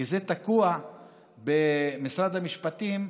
כי זה תקוע במשרד המשפטים.